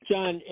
John